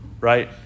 right